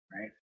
right